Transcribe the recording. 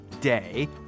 day